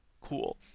cool